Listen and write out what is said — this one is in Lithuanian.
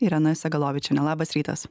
irena segalovičiene labas rytas